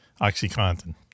OxyContin